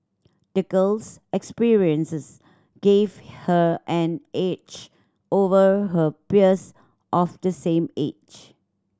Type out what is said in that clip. the girl's experiences gave her an edge over her peers of the same age